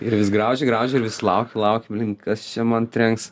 ir vis grauži grauži ir vis lauki lauki kas čia man trenks